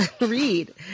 read